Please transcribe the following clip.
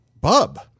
Bub